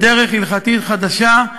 בדרך הלכתית חדשה,